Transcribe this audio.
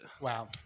Wow